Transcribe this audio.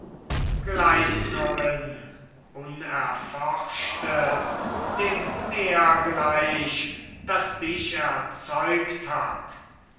gleisnerin unerforschte dem meer gleich das dich erzeugt hat